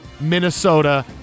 Minnesota